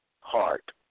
Heart